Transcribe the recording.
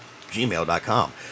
gmail.com